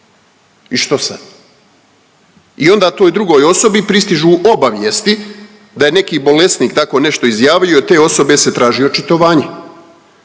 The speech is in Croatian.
i što sad. I onda toj drugoj osobi pristižu obavijesti da je neki bolesnik tako nešto izjavi i od te osobe se traži očitovanje.